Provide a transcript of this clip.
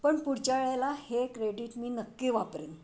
पण पुढच्या वेळेला हे क्रेडिट मी नक्की वापरेन